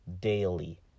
daily